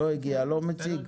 לא הגיע, לא מציג.